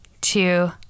two